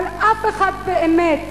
אבל אף אחד, באמת